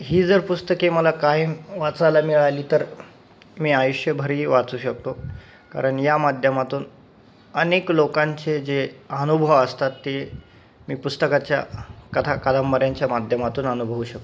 ही जर पुस्तके मला कायम वाचायला मिळाली तर मी आयुष्यभरही वाचू शकतो कारण या माध्यमातून अनेक लोकांचे जे अनुभव असतात ते मी पुस्तकाच्या कथा कादंबऱ्यांच्या माध्यमातून अनुभवू शकतो